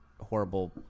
horrible